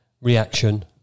reaction